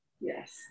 Yes